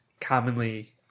commonly